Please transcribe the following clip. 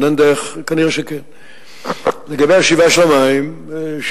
כלומר, לא בחצי שעה ירד המפלס והיה המפגע